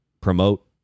promote